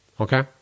Okay